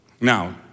Now